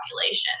population